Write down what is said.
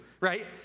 right